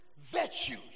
virtues